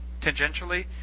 tangentially